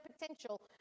potential